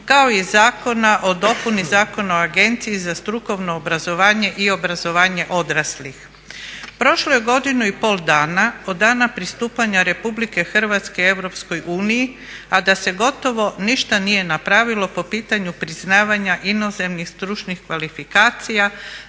kao i Zakona o dopuni Zakona o agenciji za strukovno obrazovanje i obrazovanje odraslih. Prošlo je godinu i pol dana od dana pristupanja RH EU a da se gotovo ništa nije napravilo po pitanju priznavanja inozemnih stručnih kvalifikacija